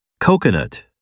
Coconut